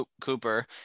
Cooper